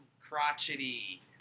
crotchety –